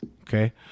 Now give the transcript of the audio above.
Okay